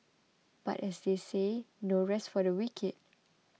but as they say no rest for the wicked